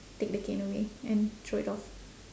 take the cane away and throw it off